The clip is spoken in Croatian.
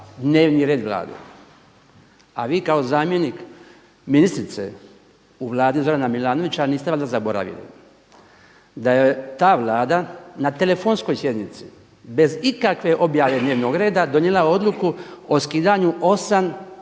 dnevni red Vlade. A vi kao zamjenik ministrice u vladi Zorana Milanovića niste valjda zaboravili da je ta vlada na telefonskoj sjednici bez ikakve objave dnevnog reda donijela odluku o skidanju osam